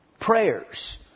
prayers